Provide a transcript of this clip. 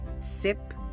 sip